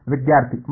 ವಿದ್ಯಾರ್ಥಿ 4